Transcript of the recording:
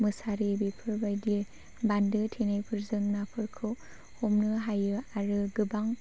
मुसारि बेफोरबायदि बान्दो थेनायफोरजों नाफोरखौ हमनो हायो आरो गोबां